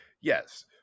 yes